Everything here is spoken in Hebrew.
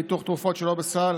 ביטוח תרופות שלא בסל